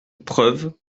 preuve